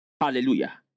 Hallelujah